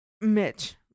Mitch